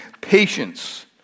patience